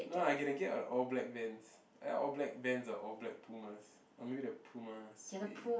no I can get a all black Vans all black Vans or all black Pumas I'm gonna get the Puma suede